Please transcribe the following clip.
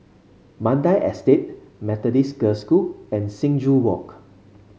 Mandai Estate Methodist Girls' School and Sing Joo Walk